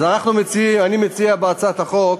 אני מציע בהצעת החוק